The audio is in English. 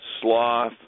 sloth